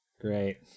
Great